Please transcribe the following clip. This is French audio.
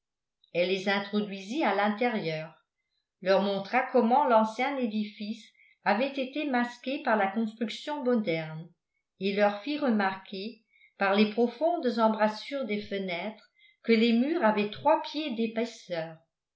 elle les introduisit à l'intérieur leur montra comment l'ancien édifice avait été masqué par la construction moderne et leur fit remarquer par les profondes embrasures des fenêtres que les murs avaient trois pieds d'épaisseur